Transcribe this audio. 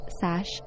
sash